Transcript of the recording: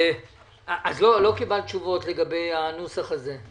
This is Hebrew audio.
לא קיבלת תשובות לגבי הנוסח הזה.